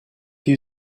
you